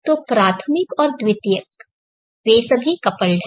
तो प्राथमिक और द्वितीयक वे सभी कपल्ड हैं